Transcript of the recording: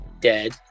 dead